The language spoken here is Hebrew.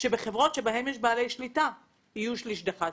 בעצם זה שבחברות שבהן יש בעלי שליטה יהיו שליש דח"צים.